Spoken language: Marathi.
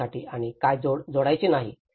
काढण्यासाठी आणि काय जोडायचे नाही